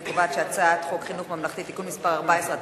אני קובעת שהצעת חוק חינוך ממלכתי (תיקון מס' 14),